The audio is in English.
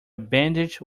bandage